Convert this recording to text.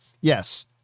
Yes